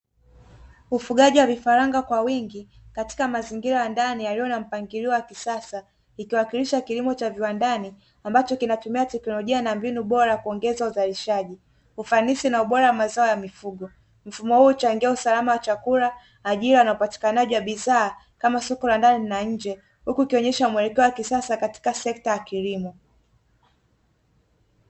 Ufugaji wa vifaranga kwa wingi katika mazingira ya ndani yaliyo na mpangilio wa kisasa, ikiwakilisha kilimo cha viwandani ambacho kinatumia teknolojia na mbinu bora kuongeza uzalishaji, ufanisi na ubora wa mazao ya mifugo. Mfumo huu huchangia usalama wa chakula, ajira na upatikanaji wa bidhaa kama soko la ndani na nje huku ukionyesha muelekeo wa kisasa katika sekta ya kilimo.